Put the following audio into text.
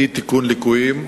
אי-תיקון ליקויים).